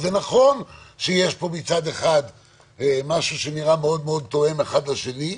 זה נכון שיש פה מצד אחד משהו שנראה מאוד מאוד תואם אחד לשני,